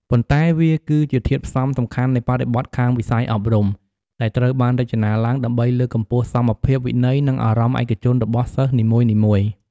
ប៉ុន្តែវា គឺជាធាតុផ្សំសំខាន់នៃបរិបទខាងវិស័យអប់រំ ដែលត្រូវបានរចនាឡើងដើម្បីលើកកម្ពស់សមភាព វិន័យ និងអារម្មណ៍ឯកជនរបស់សិស្សនីមួយៗ។